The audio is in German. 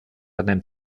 einem